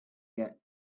get